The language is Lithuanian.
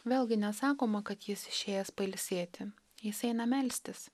vėlgi nesakoma kad jis išėjęs pailsėti jis eina melstis